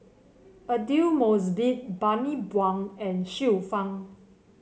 Aidli Mosbit Bani Buang and Xiu Fang